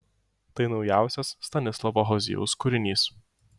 tai naujausias stanislavo hozijaus kūrinys